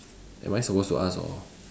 am I suppose to ask or